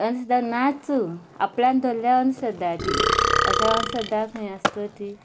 अंधश्रद्धा नाच आपल्यान धरल्यार अंधश्रद्धा ती असल्या अंधश्रद्धा खंय आसा तर ती